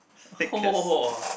!whoa!